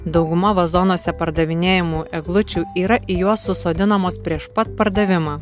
dauguma vazonuose pardavinėjamų eglučių yra į juos susodinamos prieš pat pardavimą